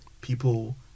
People